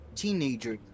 teenager